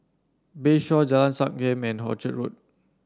Bayshore Jalan Sankam and Orchard Road